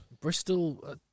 Bristol